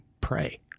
pray